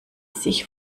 sich